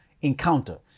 encounter